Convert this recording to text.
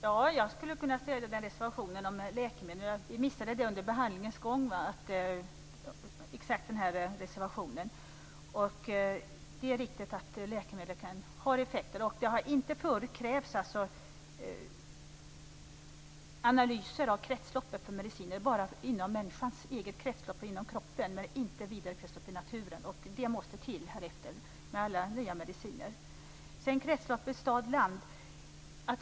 Fru talman! Ja, jag skulle kunna stödja reservationen om läkemedel. Vi missade den här reservationen under behandlingens gång. Det är riktigt att läkemedel har effekter. Det har förut inte krävts analyser av kretsloppet för mediciner, bara inom människans eget kretslopp och kroppen, men inte vidare kretslopp i naturen. Det måste till härefter med alla nya mediciner. Så till kretsloppet stad-land.